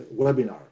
webinar